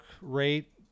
rate